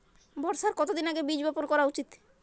বর্ষার কতদিন আগে বীজ বপন করা উচিৎ?